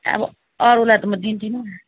अब अरूलाई त म दिने थिइनँ नि